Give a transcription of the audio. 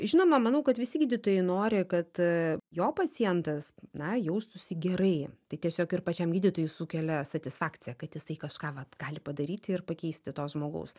žinoma manau kad visi gydytojai nori kad a jo pacientas na jaustųsi gerai tai tiesiog ir pačiam gydytojui sukelia satisfakciją kad jisai kažką vat gali padaryti ir pakeisti to žmogaus